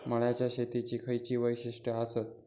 मळ्याच्या शेतीची खयची वैशिष्ठ आसत?